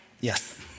yes